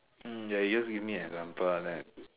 hmm ya you just give me an example ah then